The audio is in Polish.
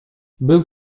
był